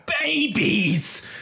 babies